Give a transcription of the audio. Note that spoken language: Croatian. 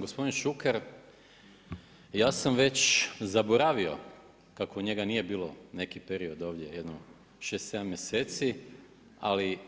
Gospodin Šuker, ja sam već zaboravio kako njega nije bilo neki period, jednom 6, 7 mjeseci, ali